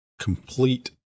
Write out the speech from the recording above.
complete